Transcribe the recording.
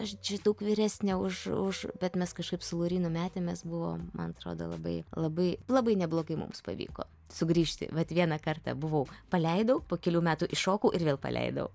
aš čia daug vyresnė už už bet mes kažkaip su laurynu metėmės buvo man atrodo labai labai labai neblogai mums pavyko sugrįžti vat vieną kartą buvau paleidau po kelių metų iššokau ir vėl paleidau